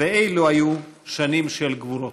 ואלו היו שנים של גבורות.